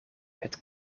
het